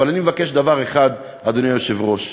אבל אני מבקש דבר אחד, אדוני היושב-ראש: